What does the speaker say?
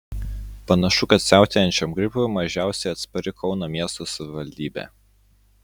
panašu kad siautėjančiam gripui mažiausiai atspari kauno miesto savivaldybė